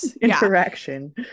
interaction